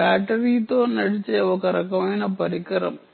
బ్యాటరీతో నడిచే ఒక రకమైన పరికరం